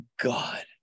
god